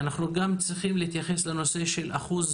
אנחנו גם צריכים להתייחס לנושא של אחוז